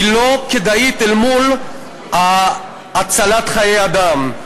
היא לא כדאית אל מול הצלת חיי אדם.